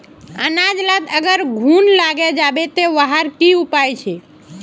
अनाज लात अगर घुन लागे जाबे ते वहार की उपाय छे?